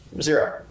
Zero